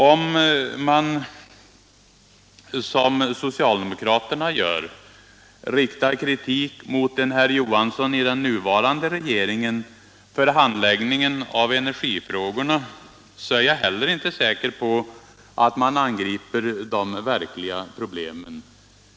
Om man, som socialdemokraterna gör, riktar kritik mot en herr Johansson i den nuvarande regeringen för handläggningen av energifrågorna, är jag inte heller säker på att man angriper de verkliga problemen.